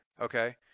okay